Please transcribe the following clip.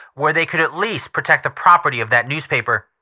where they could at least protect the property of that newspaper.